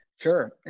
Sure